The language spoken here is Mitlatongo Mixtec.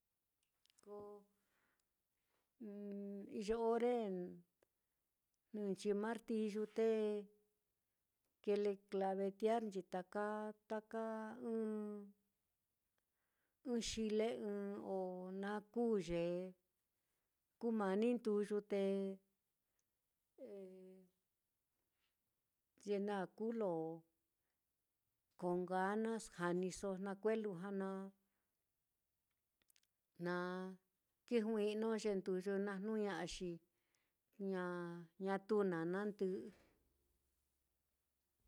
ko iyo ore jnɨnchi martiyu te kile klavetearnchi taka taka ɨ́ɨ́n xile ɨ́ɨ́n o na kuu ye kumani nduyute ye na kuu ye lo con ganas janiso na kue lujua na na kijui'no ye nduyu naá, jnu ña'a, xi ñatu na nandɨ'ɨ.